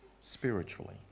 spiritually